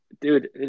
dude